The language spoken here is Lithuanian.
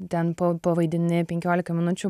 te pa pavaidini penkiolika minučių